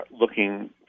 looking